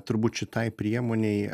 turbūt šitai priemonei